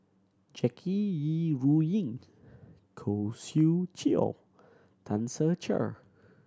Jackie Yi Ru Ying Khoo Swee Chiow Tan Ser Cher